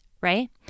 right